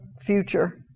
future